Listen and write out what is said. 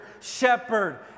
shepherd